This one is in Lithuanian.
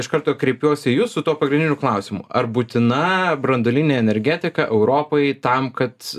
iš karto kreipiuosi į jus su tuo pagrindiniu klausimu ar būtina branduolinė energetika europai tam kad